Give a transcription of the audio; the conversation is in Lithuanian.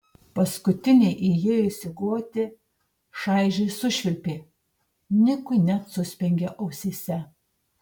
paskutinė įėjusi gotė šaižiai sušvilpė nikui net suspengė ausyse